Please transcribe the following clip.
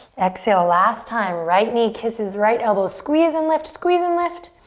exhale, last time, right knee kisses right elbow, squeeze and lift, squeeze and lift.